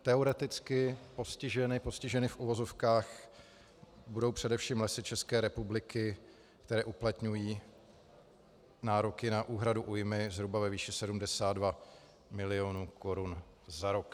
Teoreticky postiženy postiženy v uvozovkách budou především Lesy České republiky, které uplatňují nároky na úhradu újmy zhruba ve výši 72 milionů korun za rok.